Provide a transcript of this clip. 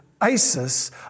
Isis